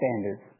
standards